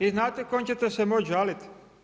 I znate kome ćete se moći žaliti?